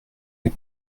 des